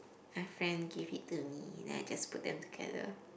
my friend give it to me then I just put them together